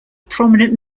prominent